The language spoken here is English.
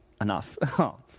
enough